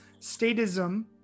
statism